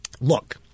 Look